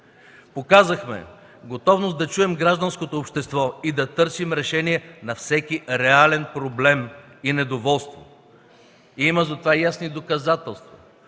Показахме готовност да чуем гражданското общество и да търсим решение на всеки реален проблем и недоволство. За това има ясни доказателства